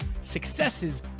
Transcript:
successes